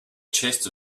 chest